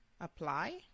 Apply